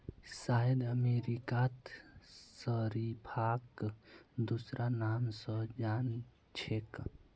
शायद अमेरिकात शरीफाक दूसरा नाम स जान छेक